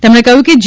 તેમણે કહ્યું કે જે